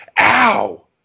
ow